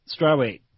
Strawweight